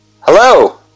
Hello